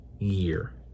year